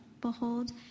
Behold